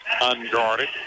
unguarded